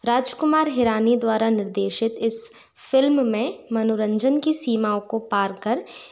राजकुमार हिरानी द्वारा निर्देशित इस फ़िल्म में मनोरंजन की सीमाओं को पार कर